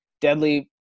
deadly